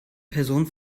person